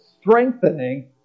strengthening